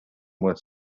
with